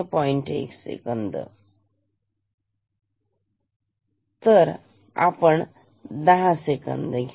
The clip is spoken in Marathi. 1 सेकंद ठीक आपण 10 सेकंद घेऊ